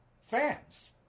fans